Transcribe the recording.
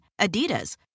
Adidas